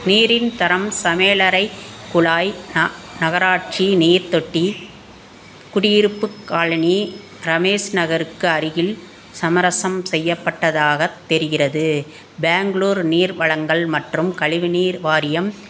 நீரின் தரம் சமையலறை குழாய் ந நகராட்சி நீர்த்தொட்டி குடியிருப்புக் காலனி ரமேஷ் நகருக்கு அருகில் சமரசம் செய்யப்பட்டதாகத் தெரிகிறது பெங்களூர் நீர் வழங்கல் மற்றும் கழிவுநீர் வாரியம்